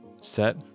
set